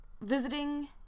visiting